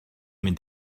mynd